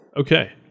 Okay